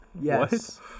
Yes